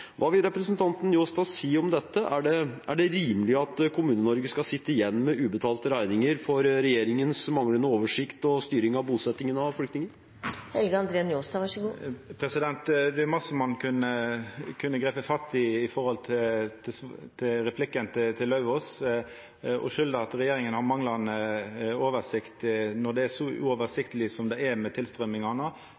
Hva vil representanten Njåstad si om dette? Er det rimelig at Kommune-Norge skal sitte igjen med ubetalte regninger for regjeringens manglende oversikt og styring av bosettingen av flyktninger? Det er mykje ein kunne ha gripe fatt i i replikken til Lauvås. Å skylda på at regjeringa har manglande oversikt når det er så